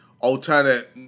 alternate